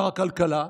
שר הכלכלה,